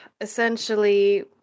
Essentially